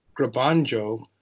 Grabanjo